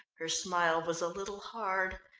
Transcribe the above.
her smile was a little hard.